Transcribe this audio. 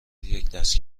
یکدست